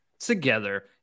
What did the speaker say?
Together